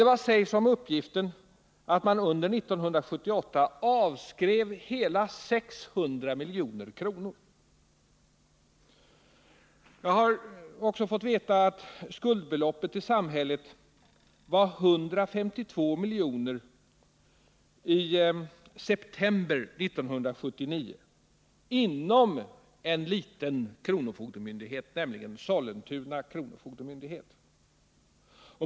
Och vad sägs om uppgiften att man under 1978 avskrev hela 600 milj.kr.? Jag har också fått veta att skuldbeloppet till samhället i september 1979 uppgick till 152 milj.kr. och det bara inom en liten kronofogdemyndighet, nämligen Sollentuna kronofogdemyndighet.